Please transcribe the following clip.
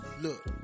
look